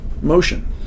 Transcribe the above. motion